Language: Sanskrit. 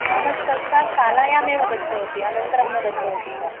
नमस्ते सा शालायामेव दत्तवती अनन्तरं न दत्तवती सा